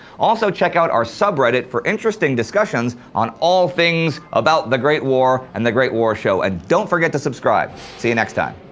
also check out our subreddit for interesting discussions on all things about the great war and the great war show and don't forget to subscribe. see you next time.